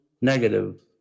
Negative